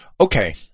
Okay